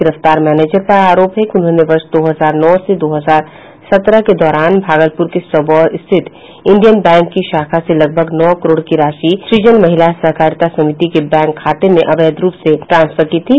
गिरफ्तार मैनेजर पर आरोप है कि उन्होंने वर्ष दो हजार नौ से दो हजार सत्रह के दौरान भागलपुर के सबौर स्थित इंडियन बैंक की शाखा से लगभग नौ करोड़ की राशि सुजन महिला सहकारिता समिति के बैंक खाते में अवैध रूप से ट्रांसफर की थी